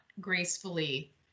gracefully